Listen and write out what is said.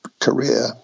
career